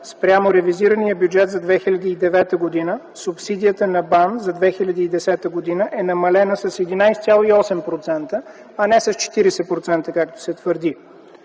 Спрямо ревизирания бюджет за 2009 г. субсидията на БАН за 2010 г. е намалена с 11,8%, а не с 40%, както се твърди.